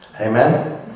Amen